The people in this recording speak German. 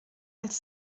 als